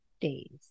days